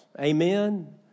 Amen